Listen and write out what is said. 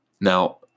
Now